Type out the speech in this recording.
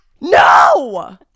no